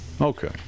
Okay